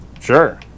Sure